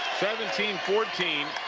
seventeen fourteen.